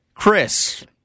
Chris